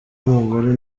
umugore